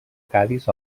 cadis